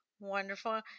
wonderful